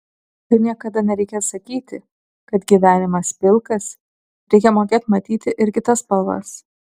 ir niekada nereikia sakyti kad gyvenimas pilkas reikia mokėt matyt ir kitas spalvas